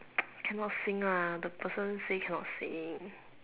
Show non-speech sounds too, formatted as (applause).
(noise) cannot sing lah the person say cannot sing